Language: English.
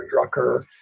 Drucker